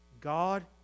God